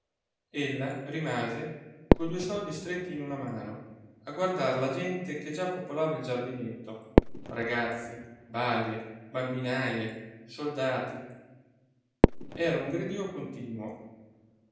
quietò ella rimase coi due soldi stretti in una mano a guardar la gente che già popolava il giardinetto ragazzi balie bambinaje soldati era un gridio continuo